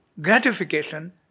gratification